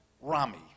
Rami